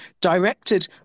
directed